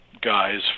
guys